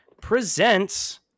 presents